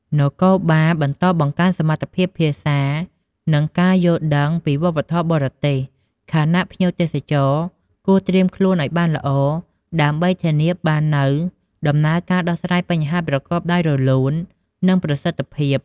នគរបាលបន្តបង្កើនសមត្ថភាពភាសា និងការយល់ដឹងពីវប្បធម៌បរទេស ខណៈភ្ញៀវទេសចរគួរត្រៀមខ្លួនឲ្យបានល្អ ដើម្បីធានាបាននូវដំណើរការដោះស្រាយបញ្ហាប្រកបដោយរលូន និងប្រសិទ្ធភាព។